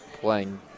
playing